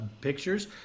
pictures